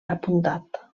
apuntat